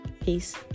peace